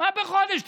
מה בחודש?